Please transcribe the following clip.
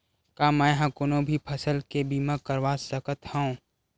का मै ह कोनो भी फसल के बीमा करवा सकत हव?